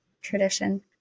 tradition –